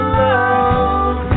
love